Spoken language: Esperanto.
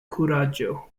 kuraĝo